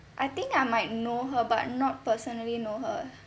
I think I might know her but not personally know her